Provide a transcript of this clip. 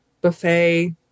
buffet